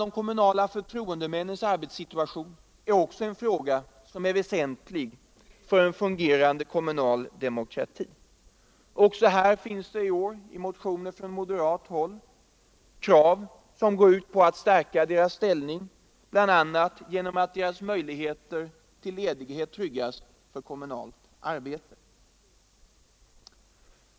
De kommunala förtroendemännens arbetssituation är också en fråga som är väsentlig för en fungerande kommunal demokrati. Också här har i år från moderat håll framförts olika krav; de går bl.a. ut på att man skall stärka de kommunala förtroendemännens ställning genom att trygga deras möjligheter till ledighet för kommunalt arbete.